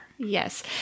Yes